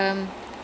salman